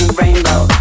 rainbow